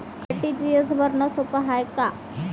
RTGS भरनं सोप हाय का?